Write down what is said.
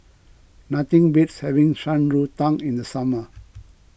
nothing beats having Shan Rui Tang in the summer